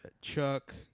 Chuck